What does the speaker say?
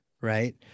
right